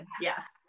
Yes